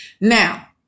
Now